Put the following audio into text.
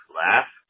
laugh